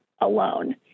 alone